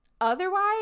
Otherwise